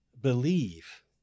believe